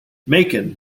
macon